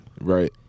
Right